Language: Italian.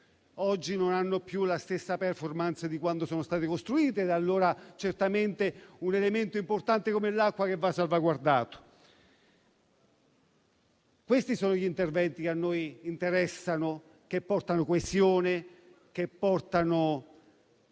oggi non hanno più la stessa *performance* di quando sono state costruite, mentre l'acqua è certamente un elemento importante, che va salvaguardato. Questi sono gli interventi che a noi interessano, che portano coesione e che determinano